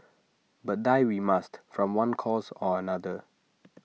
but die we must from one cause or another